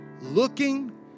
looking